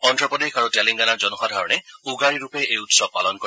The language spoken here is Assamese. অন্ধপ্ৰদেশ আৰু তেলেংগনাৰ জনসাধাৰণে উগাড়িৰূপে এই উৎসৱ পালন কৰে